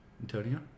Antonio